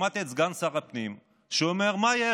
שמעתי את סגן שר הפנים אומר: מה יש?